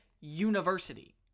university